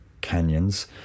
canyons